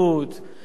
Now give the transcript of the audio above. שי לחג,